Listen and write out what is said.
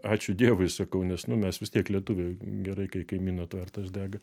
ačiū dievui sakau nes nu mes vis tiek lietuviai gerai kai kaimyno tvartas dega